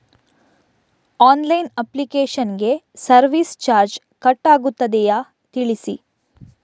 Online application ಗೆ service charge cut ಆಗುತ್ತದೆಯಾ ತಿಳಿಸಿ?